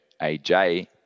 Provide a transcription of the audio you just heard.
AJ